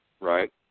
Right